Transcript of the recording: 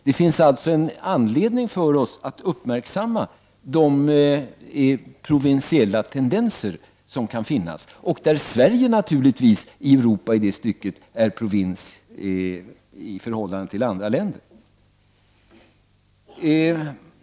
Det finns alltså anledning för oss att uppmärksamma de provinsiella tendenser som kan finnas och där Sverige naturligtvis i Europa i det stycket är provins i förhållande till andra länder.